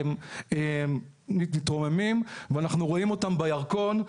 אנחנו רואים אותם בירקון.